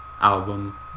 album